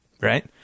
right